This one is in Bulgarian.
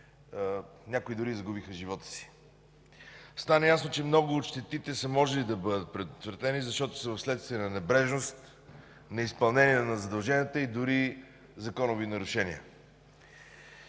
някои дори загубиха живота си. Стана ясно, че много от щетите е могло да бъдат избегнати, защото са следствие на небрежност, неизпълнение на задълженията и дори законови нарушения.